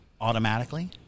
automatically